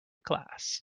class